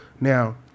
Now